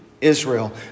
Israel